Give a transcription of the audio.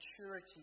maturity